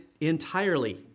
entirely